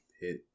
hit